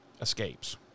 escapes